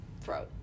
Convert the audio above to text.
throat